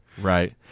right